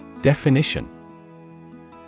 Definition